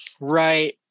Right